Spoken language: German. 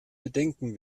bedenken